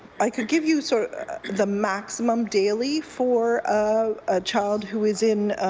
i could give you so the maximum daily for a ah child who is in,